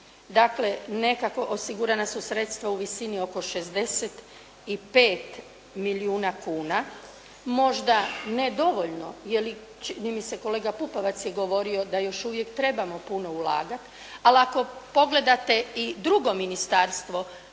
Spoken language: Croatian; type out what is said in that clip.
Dakle nekako osigurana su sredstva u visini oko 65 milijuna kuna, možda ne dovoljno. Čini mi se kolega Pupovac je govorio da još uvijek trebamo puno ulagati, ali ako pogledate i drugo ministarstvo